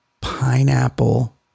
pineapple